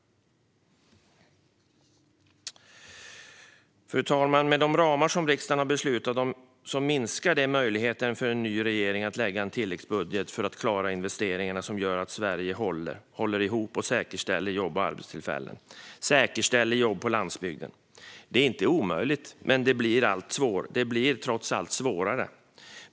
Fru talman! Med de ramar som riksdagen har beslutat om minskar möjligheten för en ny regering att lägga fram en tilläggsbudget för att klara de investeringar som gör att Sverige håller ihop och säkerställer jobb och arbetstillfällen på landsbygden. Det är inte omöjligt, men det blir trots allt svårare.